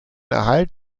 erhalt